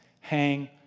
hang